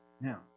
Now